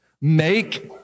make